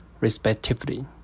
respectively